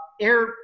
Air